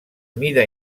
mida